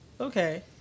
okay